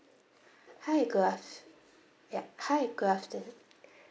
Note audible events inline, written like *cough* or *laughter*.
*breath* hi good aft~ yup hi good aftern~